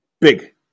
Big